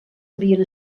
havien